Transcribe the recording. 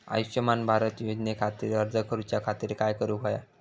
आयुष्यमान भारत योजने खातिर अर्ज करूच्या खातिर काय करुक होया?